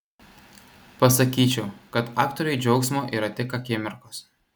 pasakyčiau kad aktoriui džiaugsmo yra tik akimirkos